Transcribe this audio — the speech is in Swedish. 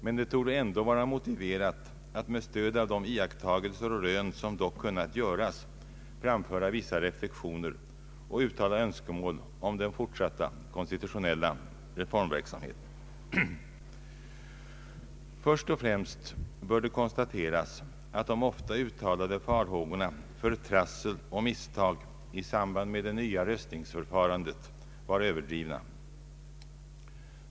Men det torde ändå vara motiverat att med stöd av de iakttagelser och rön som dock kunnat göras framföra vissa reflexioner och uttala önskemål om den fortsatta konstitutionella reformverksamheten. Först och främst bör det konstateras att de ofta uttalade farhågorna för trassel och misstag i samband med det nya röstningsförfarandet var överdrivna.